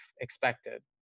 expected